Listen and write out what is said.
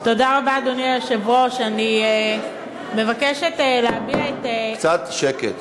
אדוני היושב-ראש, תודה רבה, קצת שקט.